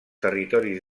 territoris